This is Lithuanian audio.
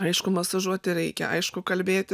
aišku masažuoti reikia aišku kalbėti